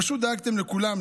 פשוט דאגתם לכולם,